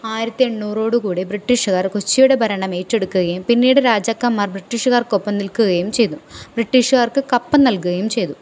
ആയിരത്തി എണ്ണൂറോടുകൂടി ബ്രിട്ടീഷുകാർ കൊച്ചിയുടെ ഭരണം ഏറ്റെടുക്കുകയും പിന്നിട് രാജാക്കന്മാർ ബ്രിട്ടീഷുകാർക്കൊപ്പം നിൽക്കുകയും ചെയ്തു ബ്രിട്ടീഷുകാർക്ക് കപ്പം നൽകുകയും ചെയ്തു